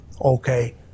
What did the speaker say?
okay